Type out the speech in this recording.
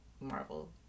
Marvel